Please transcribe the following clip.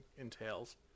entails